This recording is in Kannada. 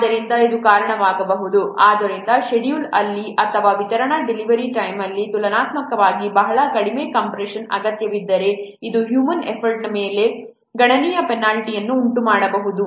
ಆದ್ದರಿಂದ ಇದು ಕಾರಣವಾಗಬಹುದು ಆದ್ದರಿಂದ ಷೆಡ್ಯೂಲ್ ಅಲ್ಲಿ ಅಥವಾ ವಿತರಣಾ ಡೆಲಿವರಿ ಟೈಮ್ ಅಲ್ಲಿ ತುಲನಾತ್ಮಕವಾಗಿ ಬಹಳ ಕಡಿಮೆ ಕಂಪ್ರೆಶನ್ನ ಅಗತ್ಯವಿದ್ದರೆ ಇದು ಹ್ಯೂಮನ್ ಎಫರ್ಟ್ನ ಮೇಲೆ ಗಣನೀಯ ಪೆನಾಲ್ಟಿ ಅನ್ನು ಉಂಟುಮಾಡಬಹುದು